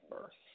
first